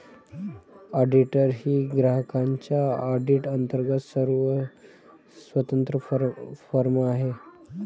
auditor ही ग्राहकांच्या audit अंतर्गत स्वतंत्र फर्म आहे